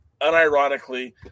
unironically